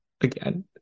again